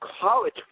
college